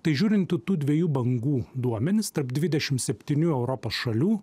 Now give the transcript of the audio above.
tai žiūrint į tų dviejų bangų duomenis tarp dvidešimt septynių europos šalių